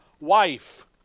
wife